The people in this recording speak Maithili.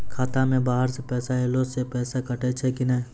खाता मे बाहर से पैसा ऐलो से पैसा कटै छै कि नै?